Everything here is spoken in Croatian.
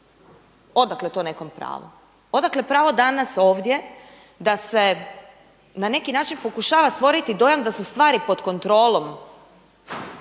Odakle to nekome pravo? Odakle pravo danas ovdje da se na neki način pokušava stvoriti dojam da su stvari pod kontrolom,